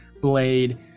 blade